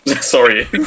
Sorry